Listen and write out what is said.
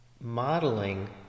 modeling